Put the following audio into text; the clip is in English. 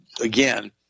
again